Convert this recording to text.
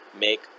make